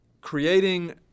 creating